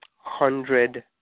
hundred